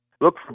Look